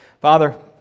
Father